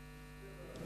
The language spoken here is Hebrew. וסמכות